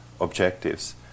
objectives